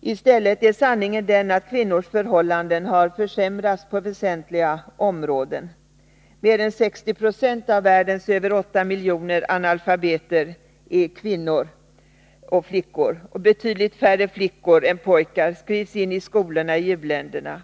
I stället är sanningen den att kvinnors förhållanden har försämrats på väsentliga områden. Mer än 60 90 av världens över 8 miljoner analfabeter är kvinnor och flickor. Betydligt färre flickor än pojkar skrivs in i skolorna i u-länderna.